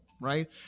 right